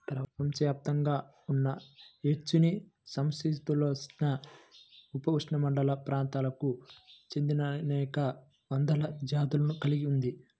ప్రపంచవ్యాప్తంగా ఉన్న వెచ్చనిసమశీతోష్ణ, ఉపఉష్ణమండల ప్రాంతాలకు చెందినఅనేక వందల జాతులను కలిగి ఉంది